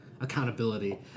accountability